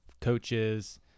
coaches